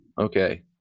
okay